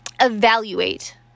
evaluate